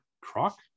croc